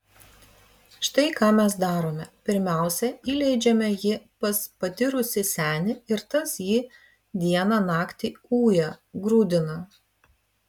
štai ką mes darome pirmiausia įleidžiame jį pas patyrusį senį ir tas jį dieną naktį uja grūdina